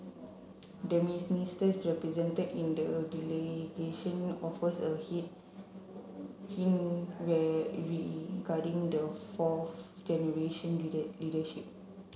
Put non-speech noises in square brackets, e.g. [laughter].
the [unintelligible] represented in the delegation offers a hint [unintelligible] regarding the fourth generation leader leadership